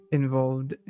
involved